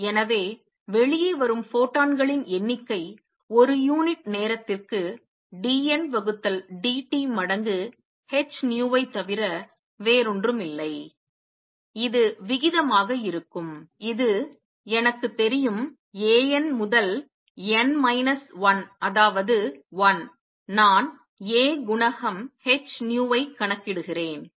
எனவே வெளியே வரும் ஃபோட்டான்களின் எண்ணிக்கை ஒரு யூனிட் நேரத்திற்கு d N வகுத்தல் d t மடங்கு h nu ஐத் தவிர வேறொன்றுமில்லை இது விகிதமாக இருக்கும் இது எனக்குத் தெரியும் A n முதல் n மைனஸ் 1 அதாவது 1 நான் a குணகம் h nu ஐக் கணக்கிடுகிறேன்